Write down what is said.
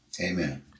Amen